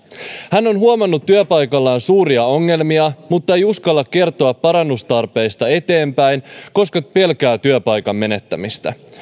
hän on huomannut työpaikallaan suuria ongelmia mutta ei uskalla kertoa parannustarpeista eteenpäin koska pelkää työpaikan menettämistä